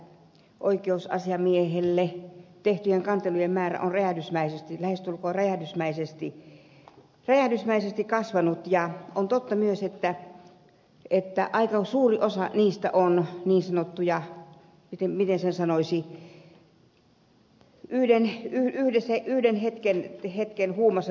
on totta että oikeusasiamiehelle tehtyjen kantelujen määrä on lähestulkoon räjähdysmäisesti kasvanut ja on totta myös että aika suuri osa niistä on niin sanottuja miten sen sanoisi yhden hetken huumassa tehtyjä